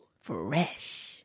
Fresh